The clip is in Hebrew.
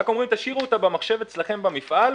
רק אומרים תשאירו אותה במחשב אצלכם במפעל,